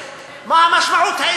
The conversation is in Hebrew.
מה המשמעות הכלכלית של העניין הזה?